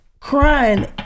crying